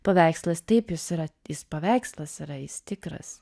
paveikslas taip jis yra jis paveikslas yra jis tikras